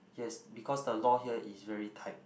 yes because the law here is very tight